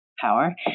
power